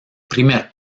primer